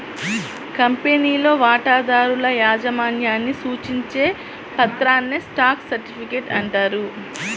కంపెనీలో వాటాదారుల యాజమాన్యాన్ని సూచించే పత్రాన్నే స్టాక్ సర్టిఫికేట్ అంటారు